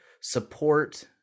support